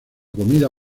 comida